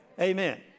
Amen